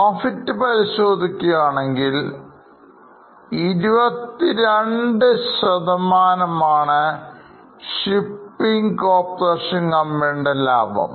Profit പരിശോധിക്കുകയാണെങ്കിൽ 22 ആണ് shipping corporation കമ്പനിയുടെ ലാഭം